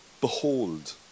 behold